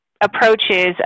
approaches